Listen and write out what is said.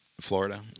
Florida